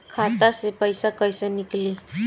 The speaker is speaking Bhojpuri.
खाता से पैसा कैसे नीकली?